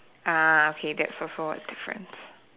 ah okay that's also a difference